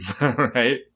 right